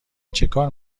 چکار